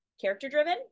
character-driven